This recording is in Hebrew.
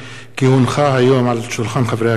כי הונחה היום על שולחן הכנסת,